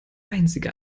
einzige